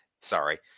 Sorry